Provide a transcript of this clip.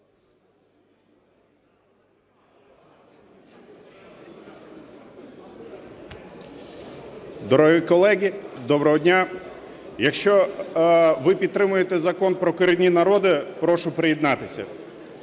Дорогі колеги, доброго дня. Якщо ви підтримуєте Закон про корінні народі, прошу приєднатися.